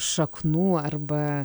šaknų arba